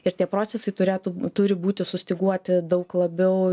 ir tie procesai turėtų turi būti sustyguoti daug labiau